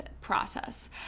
process